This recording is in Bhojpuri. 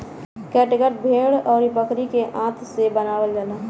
कैटगट भेड़ अउरी बकरी के आंत से बनावल जाला